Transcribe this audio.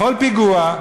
בכל פיגוע,